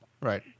Right